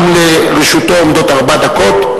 גם לרשותו עומדות ארבע דקות.